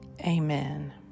Amen